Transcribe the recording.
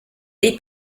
dei